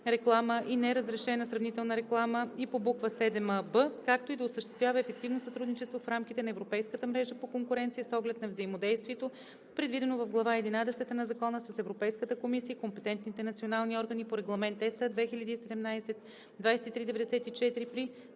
и неразрешена сравнителна реклама и по глава седма „б“, както и да осъществява ефективно сътрудничество в рамките на Европейската мрежа по конкуренция с оглед на взаимодействието, предвидено в глава единадесета на закона, с Европейската комисия и компетентните национални органи по Регламент (ЕС) 2017/2394 при